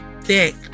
thick